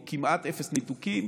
או כמעט אפס ניתוקים,